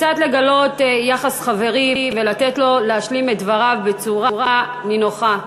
קצת לגלות יחס חברי ולתת לו להשלים את דבריו בצורה נינוחה.